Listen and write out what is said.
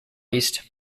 east